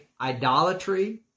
idolatry